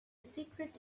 secret